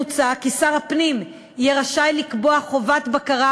מוצע כי שר הפנים יהיה רשאי לקבוע חובת בקרת